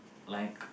like